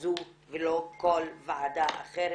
הזו ולא כל ועדה אחרת.